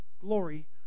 glory